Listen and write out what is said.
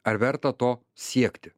ar verta to siekti